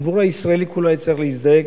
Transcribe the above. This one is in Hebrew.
הציבור הישראלי כולו היה צריך להזדעק